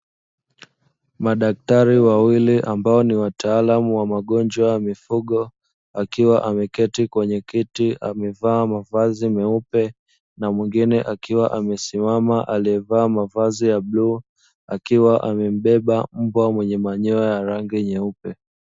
Madaktari wawili ambao ni wataalamu wa magonjwa wa mifugo, akiwa ameketi kwenye kiti amevaa mavazi meupe na mwingine akiwa amesimama aliyevaa mavazi ya bluu; akiwa amembeba mbwa mwenye manyoya ya rangi nyeupe.